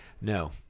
No